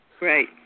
Right